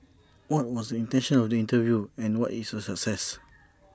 what was intention of the interview and was IT A success